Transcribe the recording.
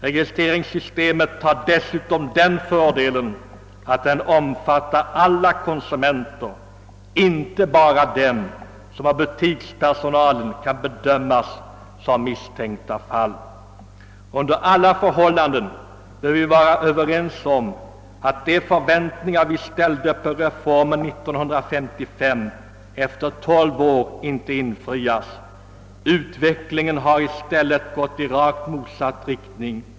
Registreringssystemet har dessutom den fördelen att det omfattar alla konsumenter och inte bara dem som av butikspersonalen kan bedömas som misstänkta fall. Under alla förhållanden bör vi vara överens om att de förväntningar, som vi ställde på reformen 1955, efter tolv år inte infriats. Utvecklingen har i stället gått i rakt motsatt riktning.